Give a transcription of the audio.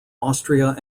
austria